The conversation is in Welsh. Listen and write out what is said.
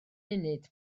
munud